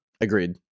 Agreed